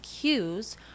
cues